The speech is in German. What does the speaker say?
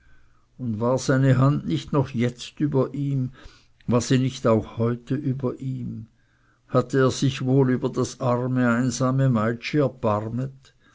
und war seine hand nicht noch jetzt über ihm war sie nicht auch heute über ihm hatte er sich wohl über das arme einsame